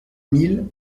mille